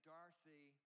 Dorothy